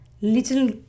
little